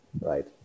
right